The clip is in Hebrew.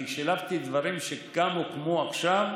אני שילבתי דברים שהוקמו עכשיו,